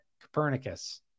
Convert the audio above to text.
Copernicus